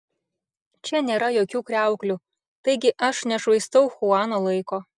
čia nėra jokių kriauklių taigi aš nešvaistau chuano laiko